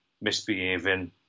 misbehaving